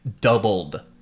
doubled